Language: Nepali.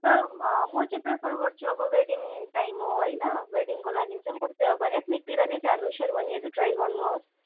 सर म चाहिँ प्रिफर गर्छु अब वेडिङ टाइम हो होइन वेडिङको लागि चाहिँ म चाहिँ अब एथ्निकतिर नै जानु अब सेरवानीहरू ट्राई गर्नुहोस्